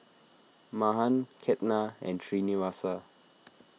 Mahan Ketna and Srinivasa